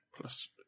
plus